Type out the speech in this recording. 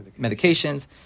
medications